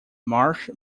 marsh